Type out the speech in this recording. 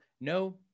no